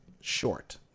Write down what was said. short